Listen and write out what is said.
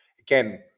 again